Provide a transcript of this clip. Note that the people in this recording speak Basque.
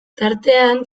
tartean